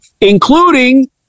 including